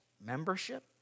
membership